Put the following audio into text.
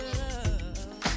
love